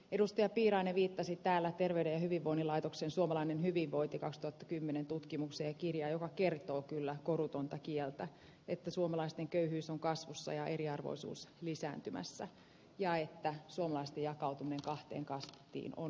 edustaja piirainen viittasi täällä terveyden hyvinvoinnin laitoksen suomalainen hyvinvointi kaksituhattakymmenen tutkimuksen kirja joka kertoo kyllä korutonta kieltä että suomalaisten köyhyys on kasvussa ja eriarvoisuus lisääntymässä ja että suomalaisten jakautuminen kahteen kastiin on